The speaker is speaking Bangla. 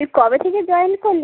তুই কবে থেকে জয়েন করলি